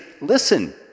listen